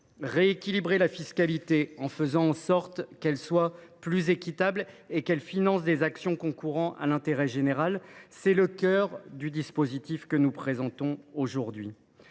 rééquilibrer la fiscalité en faisant en sorte que celle ci soit plus équitable et finance des actions concourant à l’intérêt général, tel est le cœur du dispositif que nous vous présentons aujourd’hui.